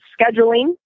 scheduling